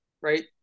right